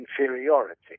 inferiority